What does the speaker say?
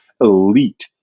elite